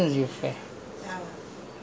ya that time you were quite dark [what]